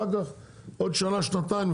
ובעוד שנה-שנתיים,